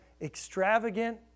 extravagant